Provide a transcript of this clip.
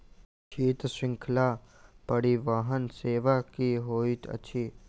शीत श्रृंखला परिवहन सेवा की होइत अछि?